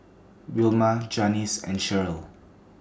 Wilma Janis and Shirl